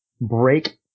break